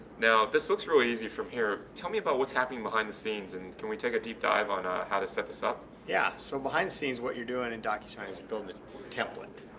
now this looks really easy from here tell me about what's happening behind the scenes and can we take a deep dive on ah how to set this up? yeah so behind scenes what you're doing in docusign is you build a template.